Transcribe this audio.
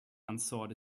unsought